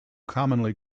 commonly